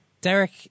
Derek